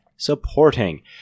supporting